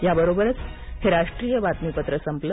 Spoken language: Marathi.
याबरोबरच हे राष्ट्रीय बातमीपत्र संपलं